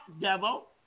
devil